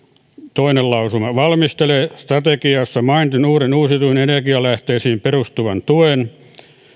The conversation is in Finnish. toinen valmistelee strategiassa mainitun uuden uusiutuviin energialähteisiin perustuvan tuen